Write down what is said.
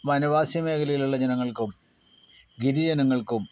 വനവാസ്യ മേഖലയിലുള്ള ജനങ്ങൾക്കും ഗിരിജനങ്ങൾക്കും